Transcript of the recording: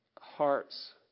hearts